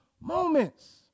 moments